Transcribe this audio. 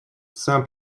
сам